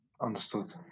Understood